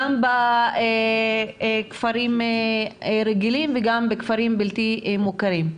גם בכפרים רגילים וגם בכפרים בלתי מוכרים,